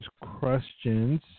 questions